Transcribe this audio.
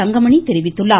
தங்கமணி தெரிவித்துள்ளார்